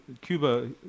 Cuba